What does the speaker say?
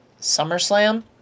SummerSlam